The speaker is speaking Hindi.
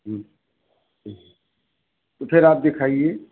तो फिर आप दिखाइए